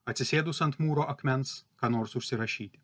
atsisėdus ant mūro akmens ką nors užsirašyti